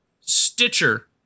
Stitcher